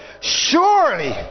Surely